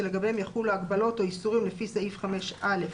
שלגביהם יחולו הגבלות או איסורים לפי סעיף 5א לחוק,